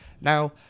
now